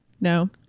no